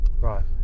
Right